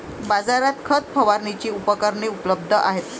बाजारात खत फवारणीची उपकरणे उपलब्ध आहेत